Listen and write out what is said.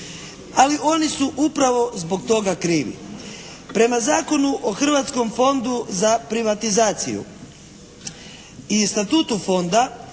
Ali oni su upravo zbog toga krivi. Prema Zakonu o Hrvatskom fondu za privatizaciju i Statutu Fonda